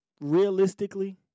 Realistically